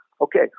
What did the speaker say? okay